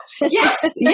Yes